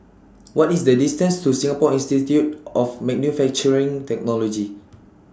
What IS The distance to Singapore Institute of Manufacturing Technology